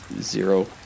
Zero